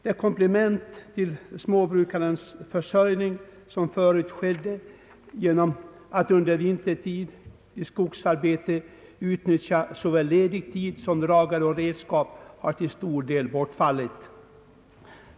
Det komplement till småbrukarens försörjning som förut fanns genom att vintertid i skogsarbete utnyttja såväl ledig tid som dragare och redskap har till stor del bortfallit.